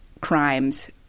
crimes